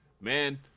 man